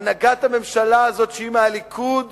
הנהגת הממשלה הזו שהיא מהליכוד,